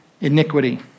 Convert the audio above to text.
iniquity